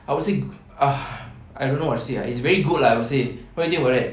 I would say ah I don't know what to say ah it's very good lah I would say what you think about that